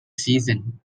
season